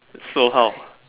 so how